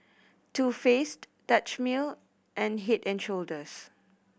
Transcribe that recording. Too Faced Dutch Mill and Head and Shoulders